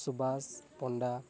Subash Panda